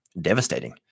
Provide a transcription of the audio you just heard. devastating